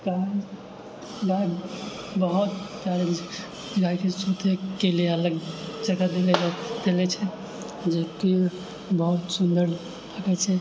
तऽ बहुत कारण गायके सुतयके लिए अलग जगह देले छै जेकि बहुत सुन्दर लागै छै